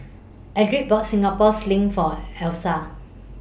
Edrie bought Singapore Sling For Leesa